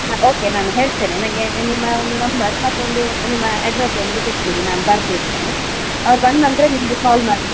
okay ನಾನು ಹೇಳ್ತೇನೆ ನನಗೆ ನಿಮ್ಮ ಒಂದು ನಂಬರ್ ಮತ್ತೆ ಒಂದು ನಿಮ್ಮ ಅಡ್ರೆಸ್ ಒಂದು ಕೊಟ್ಟು ಬಿಡಿ ನಾನು ಬರ್ದಿಡ್ತೇನೆ ಅವ್ರು ಬಂದ ನಂತರ ನಿಮಗೆ ಕಾಲ್ ಮಾಡಿ